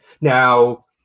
Now